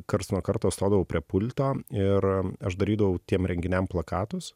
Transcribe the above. karts nuo karto stodavau prie pulto ir aš darydavau tiem renginiam plakatus